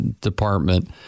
department